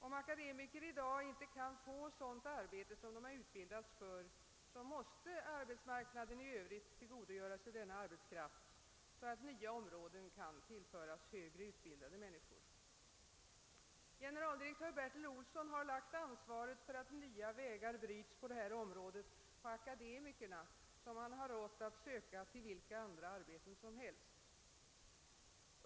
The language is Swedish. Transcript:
Om akademiker i dag inte kan få sådant arbete som de utbildats för, måste arbetsmarknaden i övrigt tillgodogöra sig denna arbetskraft, så att nya områden kan tillföras högre utbildade människor. Generaldirektör Bertil Olsson har lagt ansvaret för att nya vägar bryts på detta område på akademikerna, vilka han rått att söka sig till vilka andra arbeten som helst.